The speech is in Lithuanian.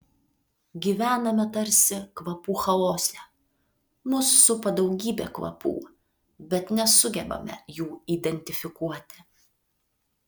gyvename tarsi kvapų chaose mus supa daugybė kvapų bet nesugebame jų identifikuoti